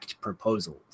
proposals